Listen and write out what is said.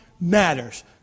matters